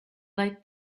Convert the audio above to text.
like